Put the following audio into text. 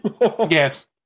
yes